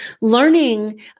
Learning